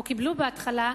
או קיבלו בהתחלה,